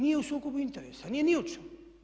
Nije u sukobu interesa, nije ni u čemu.